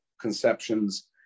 conceptions